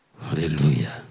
Hallelujah